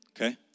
Okay